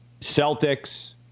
Celtics